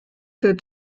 der